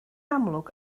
amlwg